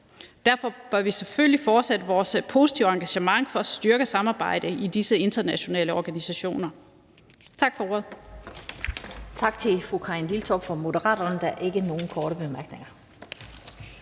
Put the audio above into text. Derfor bør vi selvfølgelig fortsætte vores positive engagement for at styrke samarbejdet i disse internationale organisationer. Tak for ordet.